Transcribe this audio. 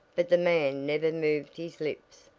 but the man never moved his lips.